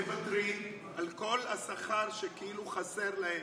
הם מוותרים על כל השכר שכאילו חסר להם,